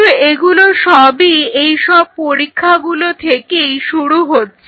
কিন্তু এগুলো সবই এইসব পরীক্ষাগুলো থেকেই শুরু হচ্ছে